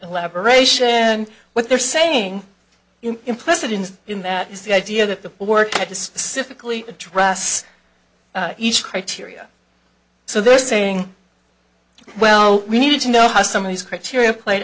elaboration and what they're saying implicit in that is the idea that the work had to specifically address each criteria so they're saying well we need to know how some of these criteria played